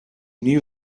knew